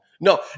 No